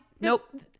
Nope